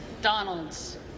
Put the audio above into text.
Donalds